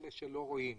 אלה שלא רואים.